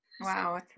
Wow